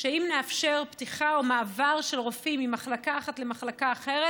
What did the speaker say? שאם נאפשר פתיחה או מעבר של רופאים ממחלקה אחת למחלקה אחרת,